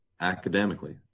academically